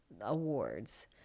awards